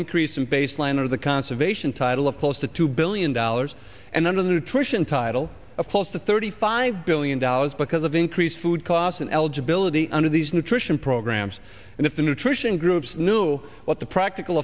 increase in baseline of the conservation title of close to two billion dollars and under the nutrition title of close to thirty five billion dollars because of increased food costs and eligibility under these nutrition programs and if the nutrition groups knew what the practical